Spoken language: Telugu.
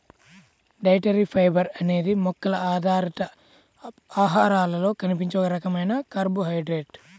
డైటరీ ఫైబర్ అనేది మొక్కల ఆధారిత ఆహారాలలో కనిపించే ఒక రకమైన కార్బోహైడ్రేట్